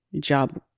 job